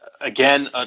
again